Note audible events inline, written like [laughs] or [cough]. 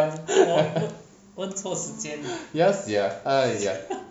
[laughs] ya sia !aiya!